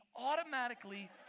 automatically